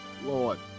Lord